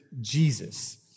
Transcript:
Jesus